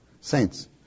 saints